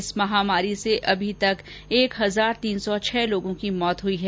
इस महामारी से अभी तक एक हजार तीन सौ छह लोगों की मौत हुई है